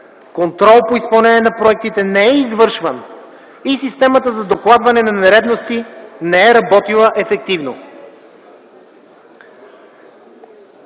Контрол по изпълнение на проектите не е извършван и системата за докладване на нередности не е работила ефективно.